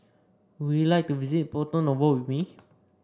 would you like to visit Porto Novo with me